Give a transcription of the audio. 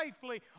safely